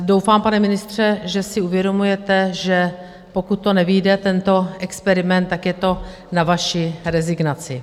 Doufám, pane ministře, že si uvědomujete, že pokud nevyjde tento experiment, tak je to na vaši rezignaci.